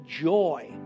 joy